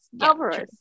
Alvarez